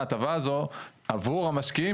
ההטבה הזאת עבור המשקיעים,